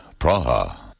Praha